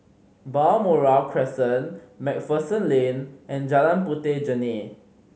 Balmoral Crescent Macpherson Lane and Jalan Puteh Jerneh